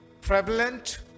Prevalent